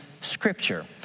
scripture